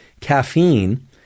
Caffeine